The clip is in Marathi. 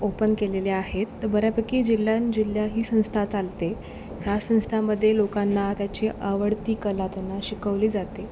ओपन केलेल्या आहेत तर बऱ्यापैकी जिल्हां जिल्हया ही संस्था चालते ह्या संस्थामध्ये लोकांना त्यांची आवडती कला त्यांना शिकवली जाते